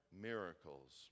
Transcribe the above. miracles